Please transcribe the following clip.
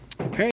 Okay